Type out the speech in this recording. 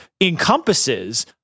encompasses